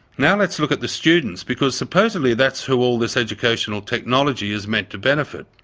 now let's look at the students, because supposedly that's who all this educational technology is meant to benefit.